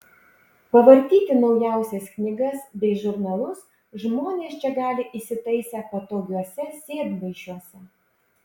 pavartyti naujausias knygas bei žurnalus žmonės čia gali įsitaisę patogiuose sėdmaišiuose